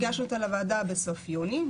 ואז הגשנו אותה לוועדה בסוף יוני,